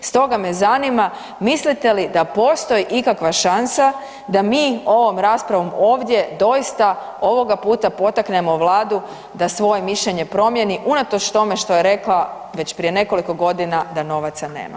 Stoga me zanima, mislite li da postoji ikakva šansa da mi ovom raspravom ovdje doista ovoga puta potaknemo Vladu da svoje mišljenje promijeni unatoč tome što je rekla već prije nekoliko godina da novaca nema?